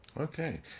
Okay